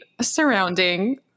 surrounding